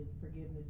forgiveness